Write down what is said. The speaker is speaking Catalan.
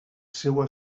seua